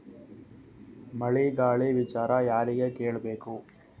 ಮಳೆ ಗಾಳಿ ವಿಚಾರ ಯಾರಿಗೆ ಕೇಳ್ ಬೇಕು?